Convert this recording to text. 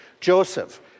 Joseph